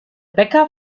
bäcker